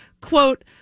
quote